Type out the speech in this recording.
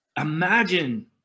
imagine